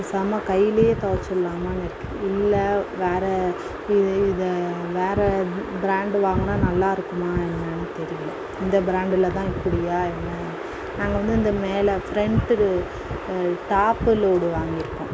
பேசாமல் கையிலேயே துவைச்சுரலாமானு இருக்குது இல்லை வேறு இது இதை வேறு பிராண்டு வாங்கினா நல்லா இருக்குமா என்னென்னு தெரியல இந்த பிராண்டில் தான் இப்படியா என்ன நாங்கள் வந்து இந்த மேலே ஃப்ரண்டு டாப்பு லோடு வாங்கியிருக்கோம்